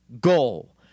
goal